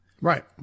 Right